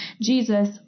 Jesus